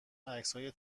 عکسهای